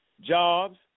Jobs